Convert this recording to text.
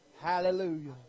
hallelujah